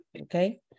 okay